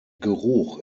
geruch